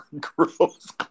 Gross